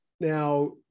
Now